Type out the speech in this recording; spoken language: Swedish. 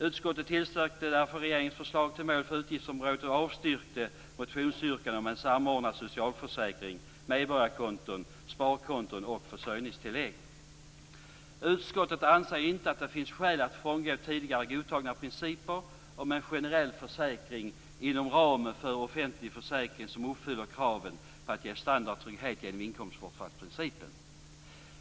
Utskottet tillstyrker därför regeringens förslag till mål för utgiftsområdet och avstyrker motionsyrkanden om en samordnad socialförsäkring med medborgarkonton, sparkonton och försörjningstillägg. Utskottet anser inte att det finns skäl att frångå tidigare godtagna principer om en generell försäkring inom ramen för en offentlig försäkring som uppfyller kraven på att ge standardtrygghet genom inkomstbortfallsprincipen.